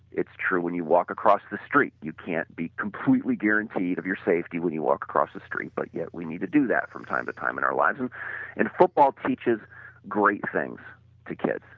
it's true when you walk across the street, you can't be completely guaranteed of your safety when you walk across the street, but yet we need to do that from time to time in our lives. and and football teaches great things to kids.